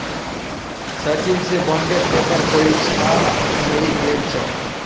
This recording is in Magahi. सचिन स बॉन्डेर पेपर कोई छा हरई गेल छेक